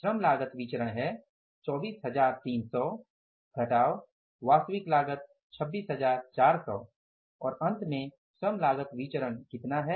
श्रम लागत विचरण है 24300 घटाव वास्तविक लागत 26400 और अंत में श्रम लागत विचरण कितना है